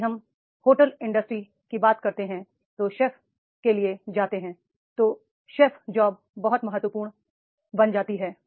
यदि हम hotel industries के लिए जाते हैं तो शेफ के लिए जाते हैं तो शेफ जॉब बहुत महत्वपूर्ण काम बन जाती है